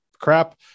crap